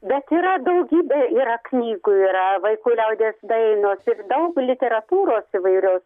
bet yra daugybė yra knygų yra vaikų liaudies dainos ir daug literatūros įvairios